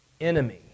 enemy